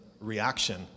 reaction